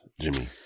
Jimmy